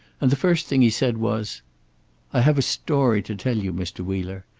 and the first thing he said was i have a story to tell you, mr. wheeler.